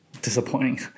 disappointing